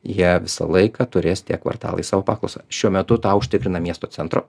jie visą laiką turės tie kvartalai savo paklausą šiuo metu tą užtikrina miesto centro